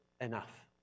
enough